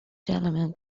gentlemen